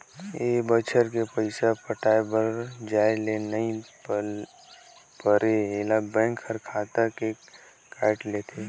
ए बच्छर के पइसा पटाये बर जाये ले नई परे ऐला बेंक हर खाता ले कायट लेथे